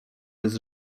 jest